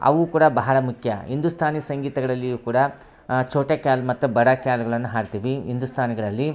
ಅವು ಕೂಡ ಬಹಳ ಮುಖ್ಯ ಹಿಂದೂಸ್ತಾನಿ ಸಂಗೀತಗಳಲ್ಲಿಯು ಕೂಡ ಚೋಟೆಕ್ಯಾಲ್ ಮತ್ತು ಬಢಾಕ್ಯಾಲ್ಗಳನ್ನು ಹಾಡ್ತೀವಿ ಹಿಂದುಸ್ತಾನಿಗಳಲ್ಲಿ